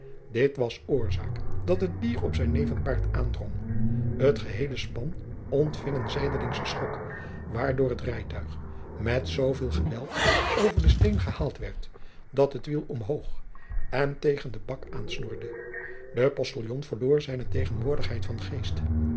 dit was oorzaak dat het dier op zijn nevenpaard aandrong het geheele span ontfing een zijdelingschen schok waardoor het rijtuig met zooveel geweld over den steen gehaald werd dat het wiel omboog en tegen den bak aansnorde de postiljon verloor zijne tegenwoordigheid van geest